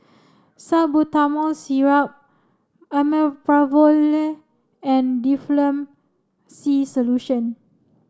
Salbutamol Syrup Omeprazole and Difflam C Solution